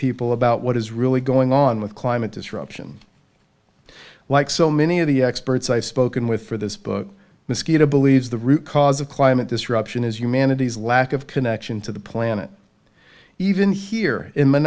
people about what is really going on with climate disruption like so many of the experts i've spoken with for this book mosquito believes the root cause of climate disruption is humanity's lack of connection to the planet even